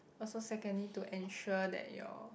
also secondly to ensure that your